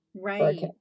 Right